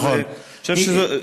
נכון.